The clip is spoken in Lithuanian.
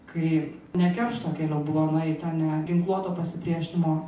kai ne keršto keliu buvo nueita ne ginkluoto pasipriešinimo